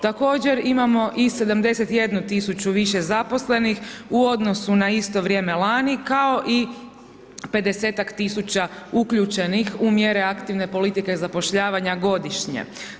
Također imamo i 71 tisuću više zaposlenih u odnosu na isto vrijeme lani kao i 50-ak tisuća uključenih u mjere aktivne politike zapošljavanja godišnje.